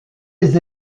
les